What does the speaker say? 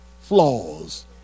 flaws